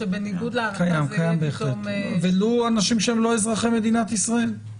קיים בהחלט ולו אנשים שהם לא אזרחי מדינת ישראל.